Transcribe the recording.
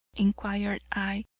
inquired i.